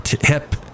hip